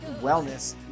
Wellness